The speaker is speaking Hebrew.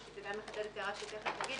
וזה גם מחדד את ההערה שתכף אומר,